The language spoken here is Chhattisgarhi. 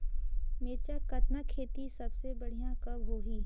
मिरचा कतना खेती सबले बढ़िया कब होही?